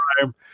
time